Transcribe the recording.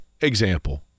example